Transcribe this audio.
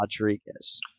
Rodriguez